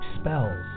spells